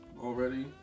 already